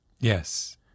Yes